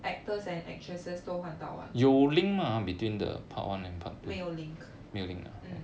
actors and actresses 都到完没有 link mm